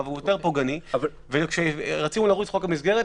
והוא יותר פוגעני ורצינו לרוץ עם חוק המסגרת,